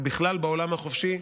ובכלל בעולם החופשי,